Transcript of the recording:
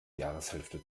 jahreshälfte